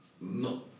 no